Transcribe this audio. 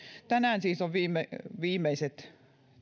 tänään ovat siis viimeiset